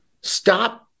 stop